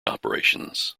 operations